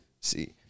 See